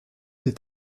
des